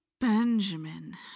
Benjamin